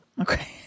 Okay